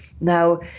Now